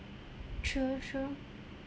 true true